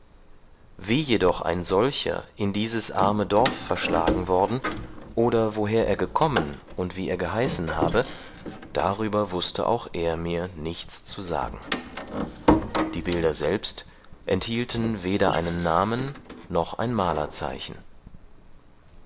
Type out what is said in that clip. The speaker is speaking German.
wie jedoch ein solcher in dieses arme dorf verschlagen worden oder woher er gekommen und wie er geheißen habe darüber wußte auch er mir nichts zu sagen die bilder selbst enthielten weder einen namen noch ein